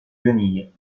guenilles